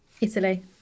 Italy